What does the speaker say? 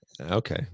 Okay